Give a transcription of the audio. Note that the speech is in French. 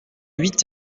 huit